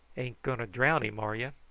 ain't going to drown him, are you?